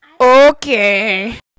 Okay